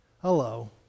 Hello